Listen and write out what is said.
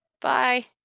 bye